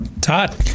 Todd